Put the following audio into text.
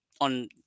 on